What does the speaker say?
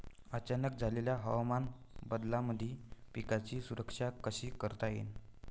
अचानक झालेल्या हवामान बदलामंदी पिकाची सुरक्षा कशी करता येईन?